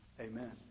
Amen